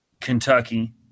Kentucky